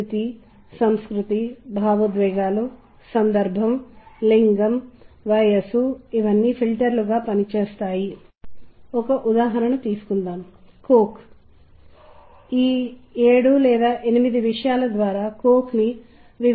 కాబట్టి నేను మీతో భాగస్వామ్యం చేయాలనుకున్నది ఏమిటంటే నేను మీతో త్వరగా పంచుకునే ఈ ఉదాహరణలు గత కొన్ని విషయాలు సంగీతం అనేది భారతీయ సందర్భంలో ప్రధానంగా ఉంటుంది